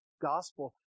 gospel